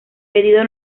pedido